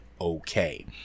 okay